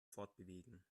fortbewegen